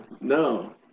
No